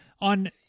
on